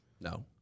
No